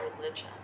religion